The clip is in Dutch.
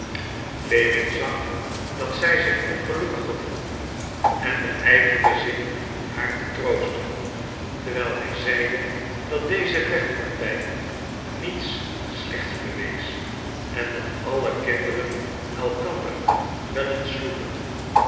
lewin zag dat zij zich ongelukkig gevoelde en beijverde zich haar te troosten terwijl hij zeide dat deze vechtpartij niets slechts bewees en dat alle kinderen elkander wel eens sloegen